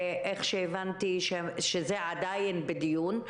הבנתי שזה עדיין בדיון.